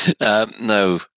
No